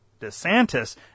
DeSantis